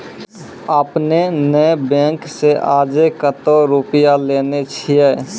आपने ने बैंक से आजे कतो रुपिया लेने छियि?